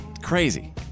Crazy